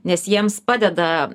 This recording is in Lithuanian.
nes jiems padeda